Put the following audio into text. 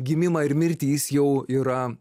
gimimą ir mirtį jis jau yra